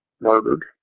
murdered